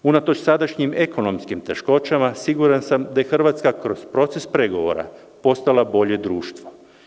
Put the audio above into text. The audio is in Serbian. Unatoč sadašnjim ekonomskim poteškoćama, siguran sam da je Hrvatska kroz proces pregovora postala bolje društvo.